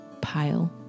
pile